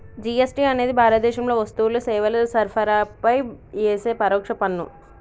GST అనేది భారతదేశంలో వస్తువులు, సేవల సరఫరాపై యేసే పరోక్ష పన్ను